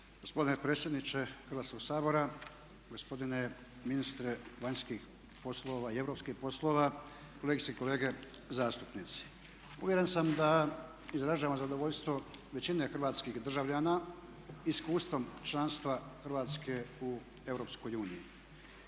Gospodine predsjedniče Hrvatskoga sabora, gospodine ministre vanjskih poslova i europskih poslova, kolegice i kolege zastupnici. Uvjeren sam da izražavam zadovoljstvo većine hrvatskih državljana iskustvom članstva Hrvatske u